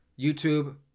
YouTube